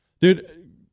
Dude